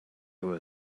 were